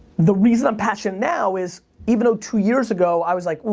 the reason i'm passionate now is even though two years ago i was like,